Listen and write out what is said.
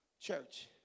church